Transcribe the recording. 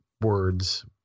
words